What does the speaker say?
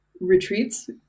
retreats